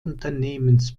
unternehmens